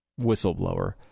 whistleblower